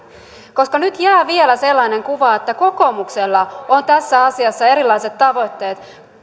väärin nyt jää vielä sellainen kuva että kokoomuksella on tässä asiassa erilaiset tavoitteet